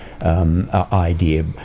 Idea